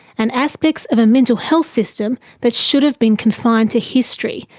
and aspects of a mental health system that should have been confined to history,